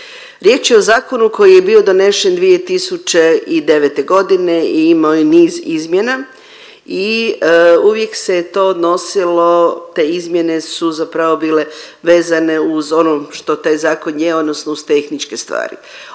Riječ je o zakonu koji je bio donesen 2009. godine i imao je niz izmjena i uvijek se je to odnosilo te izmjene su zapravo bile vezane uz ono što taj zakon je odnosno uz tehničke stvari.